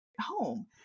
home